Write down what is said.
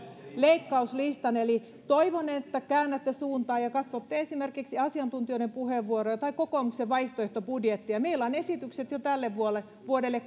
leikkauslistan eli toivon että käännätte suuntaa ja katsotte esimerkiksi asiantuntijoiden puheenvuoroja tai kokoomuksen vaihtoehtobudjettia meillä on esitykset jo tälle vuodelle vuodelle